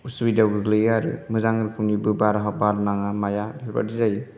असुबिदायाव गोग्लैयो आरो मोजां रोखोमनिबो बार हाबा बार नाङा माया बेफोरबायदि जायो